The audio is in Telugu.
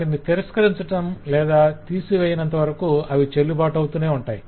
వాటిని తిరస్కరించటం లేదా తీసివేయనంతవరకు అవి చెల్లుబాటవుతూనే ఉంటాయి